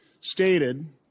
stated